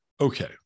Okay